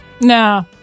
Nah